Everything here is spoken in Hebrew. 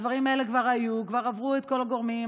הדברים האלה כבר היו, כבר עברו את כל הגורמים.